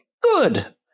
Good